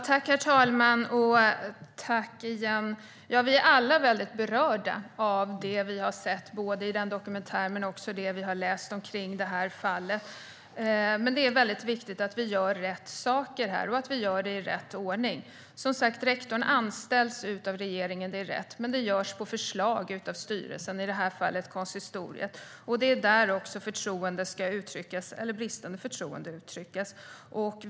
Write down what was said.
Herr talman! Tack igen! Vi är alla väldigt berörda både av det vi har sett i dokumentären och det vi har läst om detta fall. Men det är viktigt att vi gör rätt saker och att vi gör dem i rätt ordning. Rektorn anställs som sagt av regeringen, det är rätt, men det görs på förslag av styrelsen, i det här fallet konsistoriet. Det är där som förtroende eller bristande förtroende ska uttryckas.